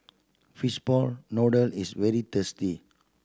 fishball noodle is very tasty